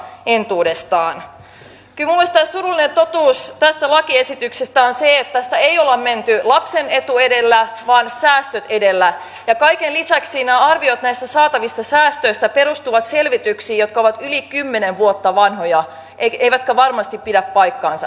kyllä minun mielestäni surullinen totuus tästä lakiesityksestä on se että tässä ei ole menty lapsen etu edellä vaan säästöt edellä ja kaiken lisäksi arviot saatavista säästöistä perustuvat selvityksiin jotka ovat yli kymmenen vuotta vanhoja eivätkä varmasti pidä paikkaansa enää